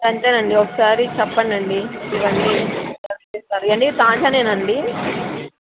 అంతేనండి ఒకసారి చెప్పండండి తాజానేనా అండి